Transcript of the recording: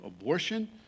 abortion